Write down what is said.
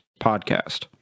Podcast